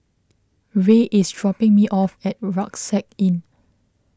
Rey is dropping me off at Rucksack Inn